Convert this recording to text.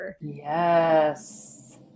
Yes